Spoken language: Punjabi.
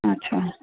ਅੱਛਾ